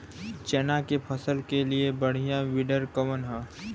चना के फसल के लिए बढ़ियां विडर कवन ह?